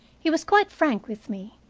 he was quite frank with me.